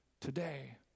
today